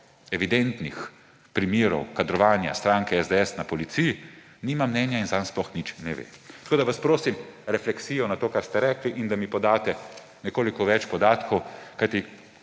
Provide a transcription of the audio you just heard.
evidentnih primerov kadrovanja stranke SDS na Policiji, nima mnenja in zanj sploh nič ne ve. Prosim vas refleksijo na to, kar ste rekli, in da mi podate nekoliko več podatkov,